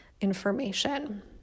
information